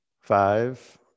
Five